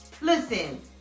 listen